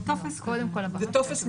זה טופס פשוט מאוד.